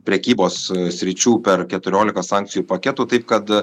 prekybos sričių per keturioliką sankcijų paketų taip kad